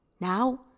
now